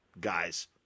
guys